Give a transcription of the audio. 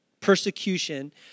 persecution